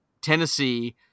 Tennessee